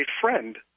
friend